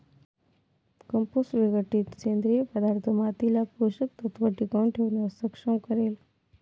compost विघटित सेंद्रिय पदार्थ मातीला पोषक तत्व टिकवून ठेवण्यास सक्षम करेल